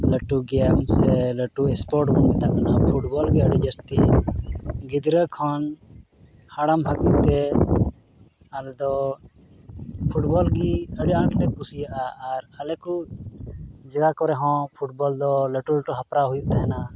ᱞᱟᱹᱴᱩ ᱜᱮᱢ ᱥᱮ ᱞᱟᱹᱴᱩ ᱥᱯᱳᱨᱴ ᱵᱚᱱ ᱢᱮᱛᱟᱜ ᱠᱟᱱᱟ ᱯᱷᱩᱴᱵᱚᱞ ᱜᱮ ᱟᱹᱰᱤ ᱡᱟᱹᱥᱛᱤ ᱜᱤᱫᱽᱨᱟᱹ ᱠᱷᱚᱱ ᱦᱟᱲᱟᱢ ᱦᱟᱹᱵᱤᱡᱛᱮ ᱟᱞᱮᱫᱚ ᱯᱷᱩᱴᱵᱚᱞ ᱜᱮ ᱟᱹᱰᱤ ᱟᱸᱴᱞᱮ ᱠᱩᱥᱤᱭᱟᱜᱼᱟ ᱟᱨ ᱟᱞᱮ ᱠᱚ ᱡᱟᱭᱜᱟ ᱠᱚᱨᱮ ᱦᱚᱸ ᱯᱷᱩᱴᱵᱚᱞ ᱫᱚ ᱞᱟᱹᱴᱩ ᱞᱟᱹᱴᱩ ᱦᱮᱯᱨᱟᱣ ᱦᱩᱭᱩᱜ ᱛᱟᱦᱮᱱᱟ